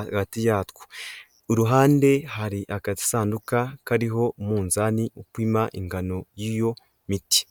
hagati yatwo uruhande hari agasanduka kariho umunzani upima ingano y'iyo miti.